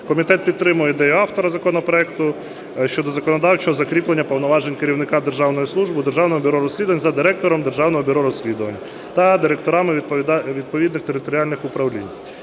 Комітет підтримує ідею автора законопроекту щодо законодавчого закріплення повноважень керівника державної служби Державного бюро розслідувань за Директором Державного бюро розслідувань та директорами відповідних територіальних управлінь.